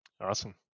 Awesome